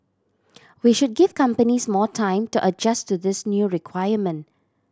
we should give companies more time to adjust to this new requirement